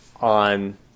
on